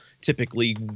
Typically